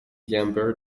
jumper